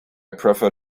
prefer